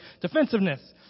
Defensiveness